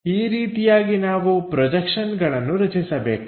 ಈ ರೀತಿಯಾಗಿ ನಾವು ಪ್ರೊಜೆಕ್ಷನ್ ಗಳನ್ನು ರಚಿಸಬೇಕು